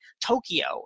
Tokyo